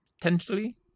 potentially